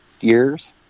years